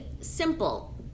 simple